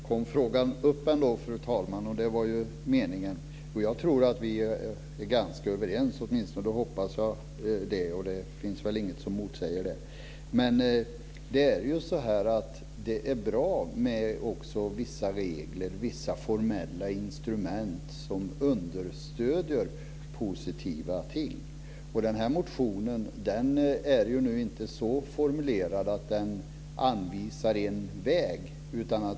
Fru talman! Så kom frågan upp ändå. Det var ju meningen. Jag tror att vi är ganska överens. Åtminstone hoppas jag det. Det finns väl inget som motsäger det. Det är bra med vissa regler och formella instrument som understöder positiva ting. Den här motionen är inte så formulerad att den anvisar en väg.